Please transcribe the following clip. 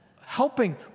helping